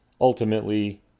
ultimately